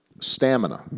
stamina